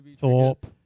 Thorpe